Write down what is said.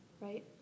Right